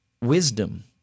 wisdom